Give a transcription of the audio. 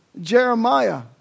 Jeremiah